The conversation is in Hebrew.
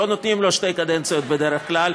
לא נותנים לו שתי קדנציות בדרך כלל.